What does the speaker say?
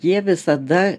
jie visada